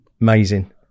Amazing